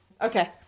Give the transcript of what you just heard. Okay